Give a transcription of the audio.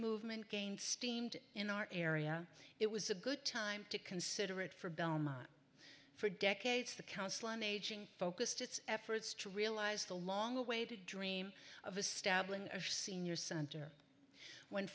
movement gained steamed in our area it was a good time to consider it for belmont for decades the council on aging focused its efforts to realize the long awaited dream of establishing a senior center when